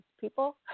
people